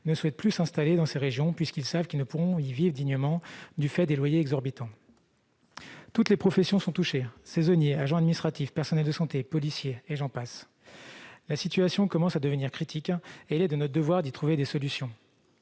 ne souhaitent plus s'installer dans ces régions, car ils savent qu'ils ne pourront pas y vivre dignement du fait des loyers exorbitants. Tous les professionnels sont touchés : saisonniers, agents administratifs, personnels de santé, policiers et j'en passe. La situation commence à devenir critique et il est de notre devoir de trouver des solutions.